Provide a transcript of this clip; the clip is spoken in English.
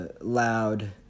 loud